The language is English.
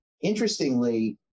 interestingly